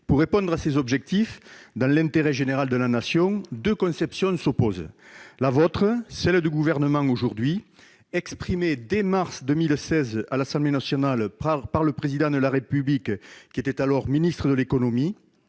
Pour répondre à ces objectifs dans l'intérêt général de la Nation, deux conceptions s'opposent : celle du Gouvernement, exprimée dès mars 2016 à l'Assemblée nationale par le Président de la République, qui était alors ministre de l'économie,